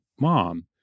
mom